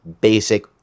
basic